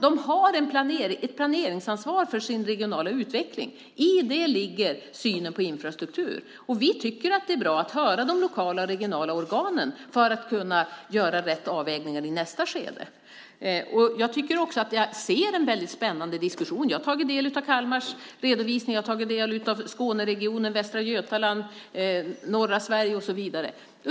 De har ett planeringsansvar för sin regionala utveckling. I det ligger synen på infrastruktur, och vi tycker att det är bra att höra de lokala och regionala organen för att kunna göra rätt avvägningar i nästa skede. Jag tycker också att jag ser en väldigt spännande diskussion. Jag har tagit del av Kalmars redovisning, och jag har tagit del av redovisningar från Skåneregionen, Västra Götaland, norra Sverige och så vidare.